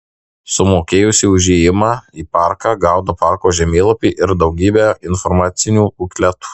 sumokėjusi už įėjimą į parką gaunu parko žemėlapį ir daugybę informacinių bukletų